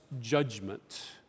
judgment